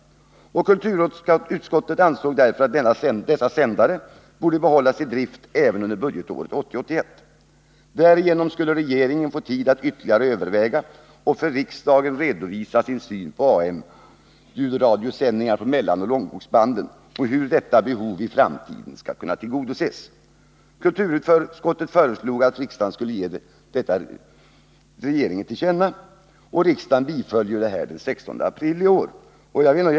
Kulturutskottet ansåg därför att dessa sändare borde behållas i drift även under budgetåret 1980/81. Därigenom skulle regeringen få tid att ytterligare överväga och för riksdagen redovisa sin syn på behovet av AM-ljudradiosändningar på mellanoch långvågsbanden och hur detta behov i framtiden skall tillgodoses. Kulturutskottet föreslog att riksdagen som sin mening borde ge regeringen detta till känna. Riksdagen biföll detta förslag den 16 april i år.